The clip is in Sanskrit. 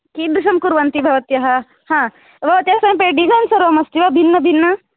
कीदृशं कुर्वन्ति भवत्यः हा भवत्याः समीपे डिजैन् सर्वम् अस्ति वा भिन्नभिन्न